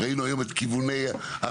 ראינו היום את כיווני החשיבה.